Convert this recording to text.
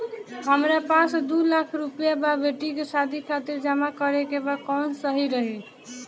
हमरा पास दू लाख रुपया बा बेटी के शादी खातिर जमा करे के बा कवन सही रही?